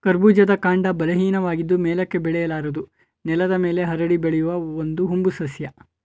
ಕರ್ಬೂಜದ ಕಾಂಡ ಬಲಹೀನವಾಗಿದ್ದು ಮೇಲಕ್ಕೆ ಬೆಳೆಯಲಾರದು ನೆಲದ ಮೇಲೆ ಹರಡಿ ಬೆಳೆಯುವ ಒಂದು ಹಂಬು ಸಸ್ಯ